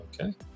okay